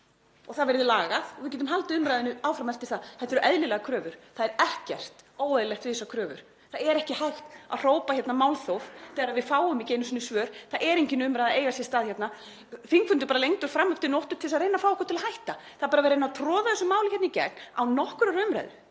og það verði lagað og við getum haldið umræðunni áfram eftir það. Þetta eru eðlilegar kröfur. Það er ekkert óeðlilegt við þessar kröfur. Það er ekki hægt að hrópa hérna málþóf þegar við fáum ekki einu sinni svör, það er engin umræða að eiga sér stað hérna, þingfundur lengdur fram eftir nóttu til þess að reyna að fá okkur til að hætta. Það er bara verið að reyna að troða þessu máli í gegn án nokkurrar umræðu.